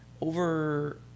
over